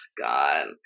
God